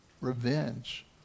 revenge